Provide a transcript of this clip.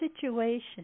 situation